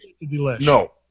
No